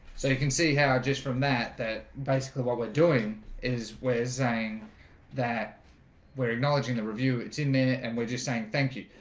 so you can see how just from that that basically what we're doing is we're saying that we're acknowledging the review it's in a minute and we're just saying thank you.